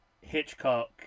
Hitchcock